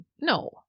No